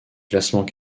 classements